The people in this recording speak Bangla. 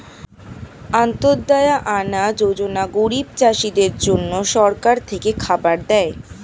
অন্ত্যদায়া আনা যোজনা গরিব চাষীদের জন্য সরকার থেকে খাবার দেয়